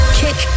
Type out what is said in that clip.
kick